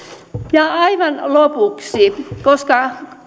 ja aivan lopuksi koska